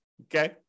okay